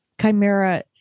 Chimera